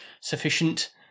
sufficient